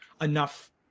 enough